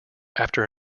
after